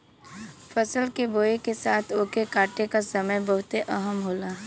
फसल के बोए के साथ ओके काटे का समय बहुते अहम होला